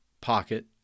pocket